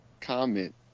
comment